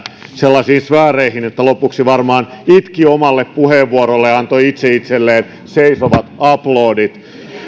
sellaisiin sfääreihin että lopuksi varmaan itki omalle puheenvuorolleen ja antoi itse itselleen seisovat aplodit